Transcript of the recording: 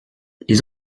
ils